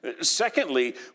Secondly